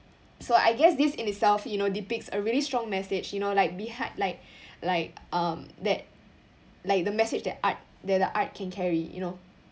so I guess this in itself you know depicts a really strong message you know like behi~ like like um that like the message that art that the art can carry you know